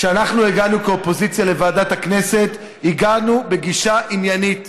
כשאנחנו הגענו כאופוזיציה לוועדת הכנסת הגענו בגישה עניינית.